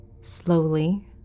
Slowly